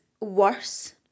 worse